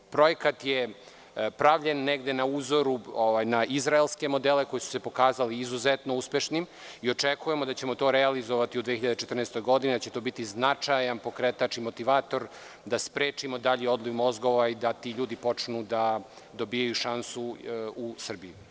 Novi projekat je pravljen negde po uzoru na izraelske modele koji su se pokazali izuzetno uspešnim i očekujemo da ćemo to realizovati u 2014. godini, da će to biti značajan pokretač i motivator da sprečimo dalji odliv mozgova i da ti ljudi počnu da dobijaju šansu u Srbiji.